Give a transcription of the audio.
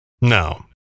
No